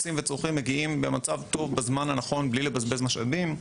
רוצים וצורכים מגיעים במצב טוב בזמן הנכון בלי לבזבז משאבים.